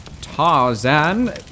Tarzan